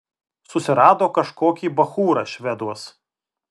susirado kažkokį bachūrą šveduos